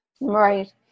right